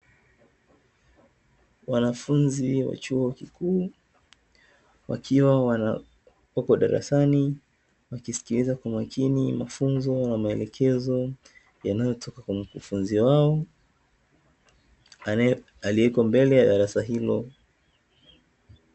Wanafunzi wa chuo kikuu wakiwa wapo darasani, wakisikiliza kwa makini mafunzo na maelekezo yanayotoka kwa mkufunzi wao, aliyeko mbele ya darasa hilo.